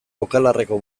okalarreko